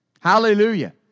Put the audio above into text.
Hallelujah